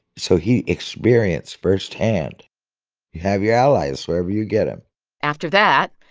so he experienced firsthand you have your allies wherever you get them after that,